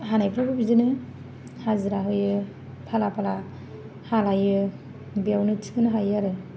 हानायफ्रावबो बिदिनो हाजिरा होयो फाला फाला हालायो बेयावनो थिखोनो हायो आरो